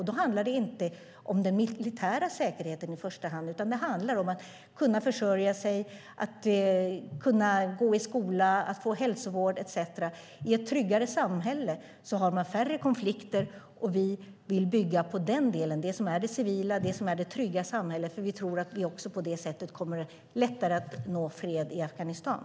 Då handlar det inte om den militära säkerheten i första hand, utan det handlar om att kunna försörja sig, att kunna gå i skola, att få hälsovård etcetera. I ett tryggare samhälle har man färre konflikter. Vi vill bygga på den delen, det som är det civila och det som är det trygga samhället. Vi tror att vi på det sättet kommer att ha lättare att nå fred i Afghanistan.